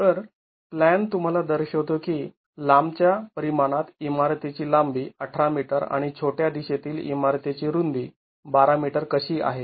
तर प्लॅन तुम्हाला दर्शवतो की लांबच्या परिमाणात इमारतीची लांबी १८ मीटर आणि छोट्या दिशेतील इमारतीची रुंदी १२ मीटर कशी आहे